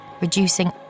reducing